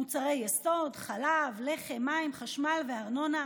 מוצרי יסוד, חלב, לחם, מים, חשמל וארנונה,